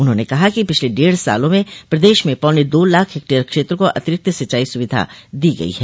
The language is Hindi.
मुख्यमंत्री ने कहा कि पिछले डेढ़ सालों में प्रदेश में पौने दो लाख हेक्टेयर क्षेत्र को अतिरिक्त सिंचाई सुविधा दी गई है